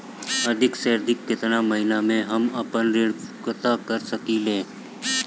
अधिक से अधिक केतना महीना में हम आपन ऋण चुकता कर सकी ले?